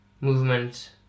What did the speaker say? movement